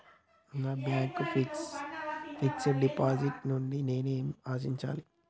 నా bank fixed deposit నుండి నేను ఏమి ఆశించాలి?